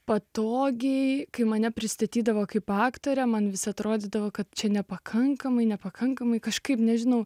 patogiai kai mane pristatydavo kaip aktorė man vis atrodydavo kad čia nepakankamai nepakankamai kažkaip nežinau